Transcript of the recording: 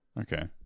Okay